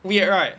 weird right